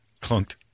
clunked